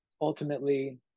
ultimately